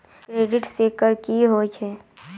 Credit score की होय छै?